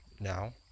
now